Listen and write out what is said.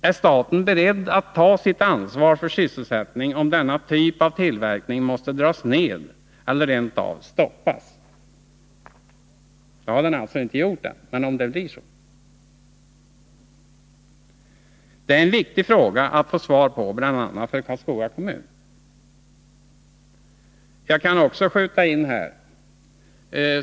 Är staten beredd att ta sitt ansvar för sysselsättningen, om denna typ av tillverkning måste dras ned eller rent av stoppas — det har alltså inte skett än, men om det blir så? Det är viktigt att få svar på denna fråga, bl.a. för Karlskoga kommun.